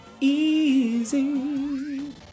easy